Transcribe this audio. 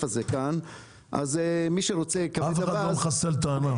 הזה כאן -- אף אחד לא מחסל את הענף.